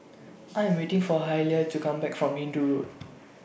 I Am waiting For Hailie to Come Back from Hindoo Road